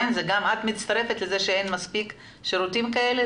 גם את מצטרפת לזה שאין מספיק שירותים כאלה?